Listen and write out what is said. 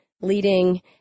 leading